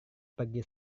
pergi